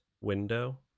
window